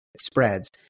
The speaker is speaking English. Spreads